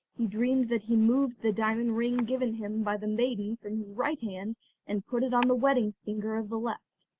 he dreamed that he moved the diamond ring given him by the maiden from his right hand and put it on the wedding finger of the left.